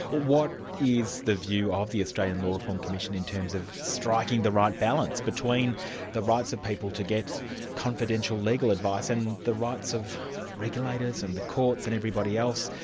what is the view of the australian law reform commission in terms of striking the right balance between the rights of people to get confidential legal advice and the rights of regulators, and the courts and everybody else,